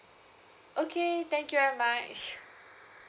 okay thank you very much